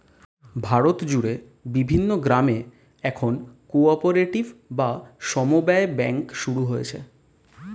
ভারত জুড়ে বিভিন্ন গ্রামে এখন কো অপারেটিভ বা সমব্যায় ব্যাঙ্ক শুরু হচ্ছে